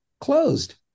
closed